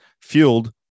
fueled